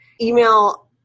email